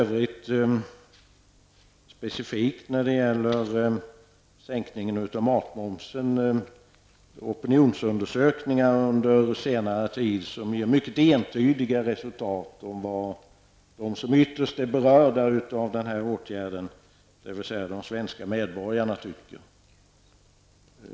Vad beträffar sänkning av matmomsen har opinionsundersökningar under senare tid givit mycket entydiga besked om vad de tycker som ytterst är berörda av åtgärden, dvs. de svenska medborgarna.